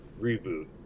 reboot